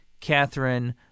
Catherine